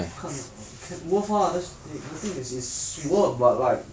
看 ah worth ah that's the thing the thing it's worth but like